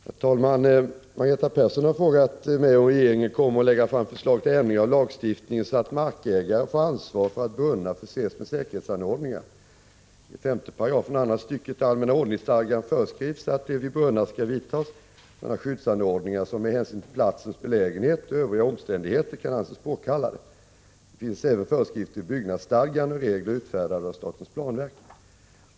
Herr talman! Margareta Persson har frågat mig om regeringen kommer att lägga fram förslag till ändring av lagstiftningen så att markägare får ansvar för att brunnar förses med säkerhetsanordningar. I 5 § andra stycket allmänna ordningsstadgan föreskrivs att det vid brunnar skall vidtas sådana skyddsanordningar som med hänsyn till platsens belägenhet och övriga omständigheter kan anses påkallade. Det finns även föreskrifter i byggnadsstadgan och regler utfärdade av statens planverk.